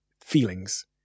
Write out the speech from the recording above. feelings